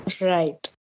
Right